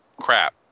crap